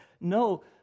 No